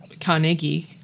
Carnegie